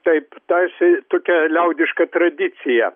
taip tarsi tokia liaudiška tradicija